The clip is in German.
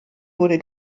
wurde